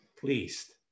pleased